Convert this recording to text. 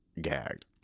gagged